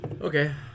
Okay